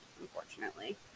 unfortunately